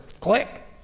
Click